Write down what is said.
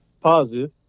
positive